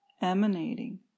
emanating